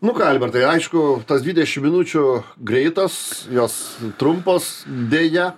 nu ką albertaiaiįku tas dvidešimt minučių greitos jos trumpos deja